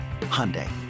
Hyundai